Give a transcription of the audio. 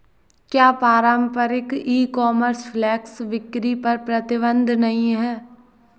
क्या पारंपरिक e commerce flash बिक्री पर प्रतिबंध नहीं है?